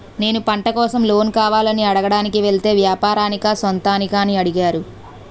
నేను పంట కోసం లోన్ కావాలని అడగడానికి వెలితే వ్యాపారానికా సొంతానికా అని అడిగారు